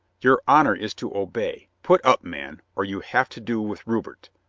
your honor is to obey. put up, man, or you have to do with rupert.